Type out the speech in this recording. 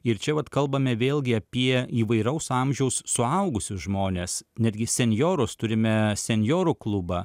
ir čia vat kalbame vėlgi apie įvairaus amžiaus suaugusius žmones netgi senjorus turime senjorų klubą